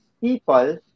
people